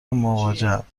مواجهاند